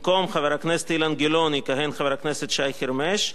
במקום חבר הכנסת אילן גילאון יכהן חבר הכנסת שי חרמש,